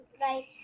right